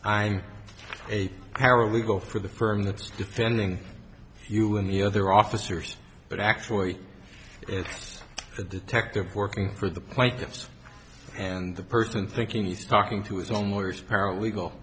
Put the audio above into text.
ate a paralegal for the firm that's defending you and the other officers but actually it's a detective working for the plaintiffs and the person thinking he's talking to his own lawyer is paralegal